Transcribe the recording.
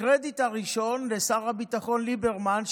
הקרדיט הראשון לשר הביטחון ליברמן,